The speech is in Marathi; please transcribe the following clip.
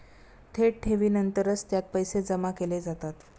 थेट ठेवीनंतरच त्यात पैसे जमा केले जातात